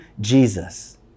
Jesus